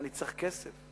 אני צריך כסף.